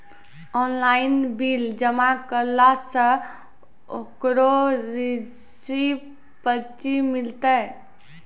Online bill जमा करला से ओकरौ रिसीव पर्ची मिलतै?